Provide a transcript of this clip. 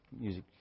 music